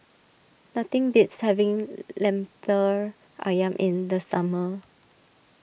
nothing beats having Lemper Ayam in the summer